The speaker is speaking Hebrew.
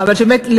אבל באמת,